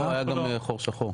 גם חור שחור.